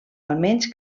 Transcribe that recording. almenys